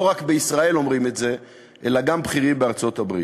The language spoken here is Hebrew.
לא רק בישראל אומרים את זה אלא גם בכירים בארצות-הברית.